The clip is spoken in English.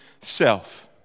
self